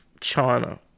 China